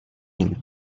نمیده